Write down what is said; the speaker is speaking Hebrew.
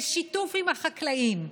בשיתוף עם החקלאים,